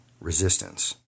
resistance